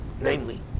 Namely